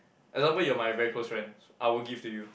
example you are my very close friend I will give to you